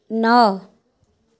ন